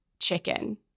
chicken